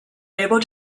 able